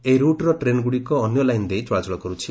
ଏହି ରୁଟ୍ର ଟ୍ରେନ୍ଗୁଡ଼ିକ ଅନ୍ୟ ଲାଇନ୍ ଦେଇ ଚଳାଚଳ କରୁଛି